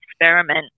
experiment